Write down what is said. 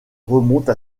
remonte